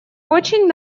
очень